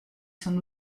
son